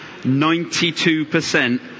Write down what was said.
92%